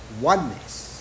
oneness